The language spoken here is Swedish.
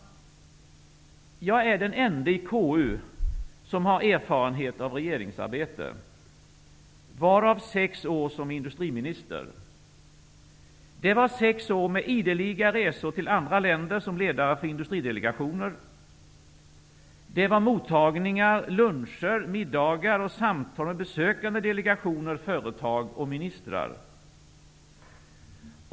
Jag är den ende i KU som har erfarenhet av regeringsarbete, varav sex år som industriminister. Det var sex år med ideliga resor till andra länder som ledare för industridelegationer. Det var mottagningar, luncher, middagar och samtal med besökande delegationer, företag och ministrar.